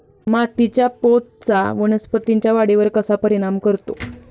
मातीच्या पोतचा वनस्पतींच्या वाढीवर कसा परिणाम करतो?